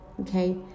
okay